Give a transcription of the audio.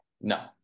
No